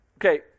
okay